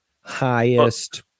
highest